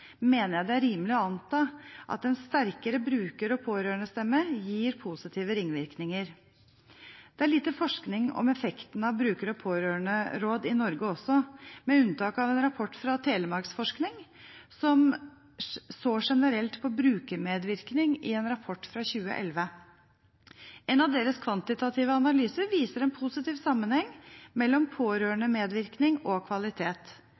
mener jeg det er rimelig å anta at en sterkere bruker- og pårørendestemme gir positive ringvirkninger. Det er lite forskning om effekten av bruker- og pårørenderåd i Norge også, med unntak av en rapport fra Telemarksforskning som så generelt på brukermedvirkning i en rapport fra 2011. En av deres kvantitative analyser viser en positiv sammenheng mellom pårørendemedvirkning og kvalitet.